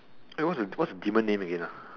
eh what's the what's the demon name again